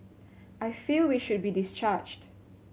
I feel we should be discharged